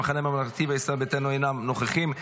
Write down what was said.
המחנה הממלכתי וישראל ביתנו אינם נוכחים.